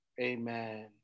Amen